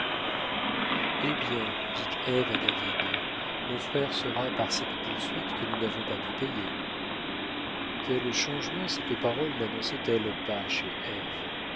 eh bien dit ève à david mon frère saura par cette poursuite que nous n'avons pas pu payer quel changement cette parole nannonçait elle pas chez